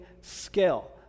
scale